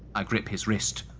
i gripped his wrist,